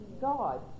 God